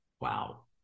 Wow